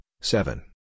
seven